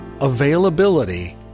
Availability